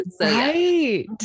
Right